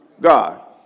God